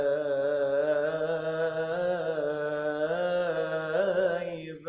a